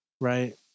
right